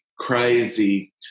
crazy